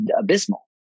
abysmal